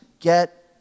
get